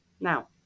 Now